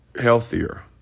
healthier